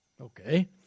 Okay